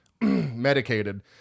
medicated